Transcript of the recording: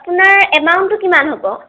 আপোনাৰ এমাউণ্টটো কিমান হ'ব